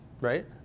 right